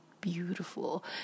beautiful